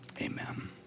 amen